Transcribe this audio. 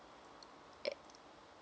at